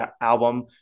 album